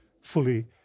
fully